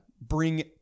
bring